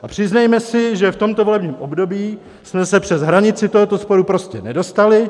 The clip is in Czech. A přiznejme si, že v tomto volebním období jsme se přes hranici tohoto sporu prostě nedostali.